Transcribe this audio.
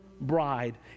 bride